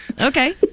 Okay